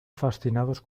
fascinados